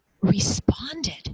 responded